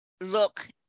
look